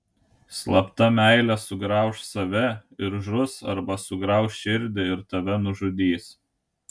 slapta meilė sugrauš save ir žus arba sugrauš širdį ir tave nužudys